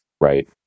Right